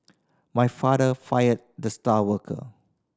my father fired the star worker